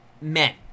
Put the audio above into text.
men